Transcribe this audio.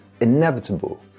inevitable